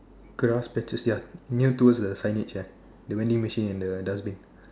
career status ya near towards the signage there the vending machine and dustbin